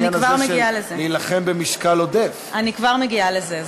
אני כבר מגיעה לזה.